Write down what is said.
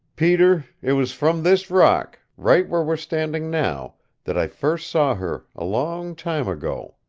peter, it was from this rock right where we're standing now that i first saw her, a long time ago,